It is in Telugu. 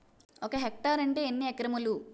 ఒక హెక్టార్ అంటే ఎన్ని ఏకరములు?